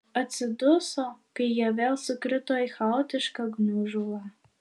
atsiduso kai jie vėl sukrito į chaotišką gniužulą